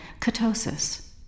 ketosis